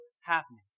happening